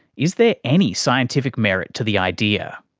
is there any scientific merit to the idea?